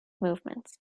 movements